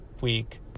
week